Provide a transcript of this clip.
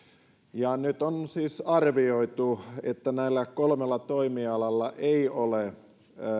ja nyt on siis arvioitu että näillä kolmella toimialalla ei ole